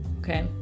okay